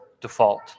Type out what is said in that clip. default